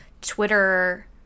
Twitter